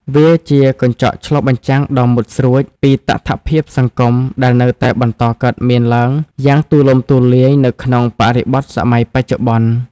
វាជាកញ្ចក់ឆ្លុះបញ្ចាំងដ៏មុតស្រួចពីតថភាពសង្គមដែលនៅតែបន្តកើតមានឡើងយ៉ាងទូលំទូលាយនៅក្នុងបរិបទសម័យបច្ចុប្បន្ន។